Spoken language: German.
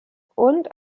und